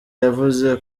yavuze